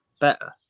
better